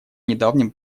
недавнем